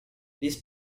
this